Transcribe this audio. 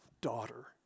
Daughter